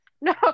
No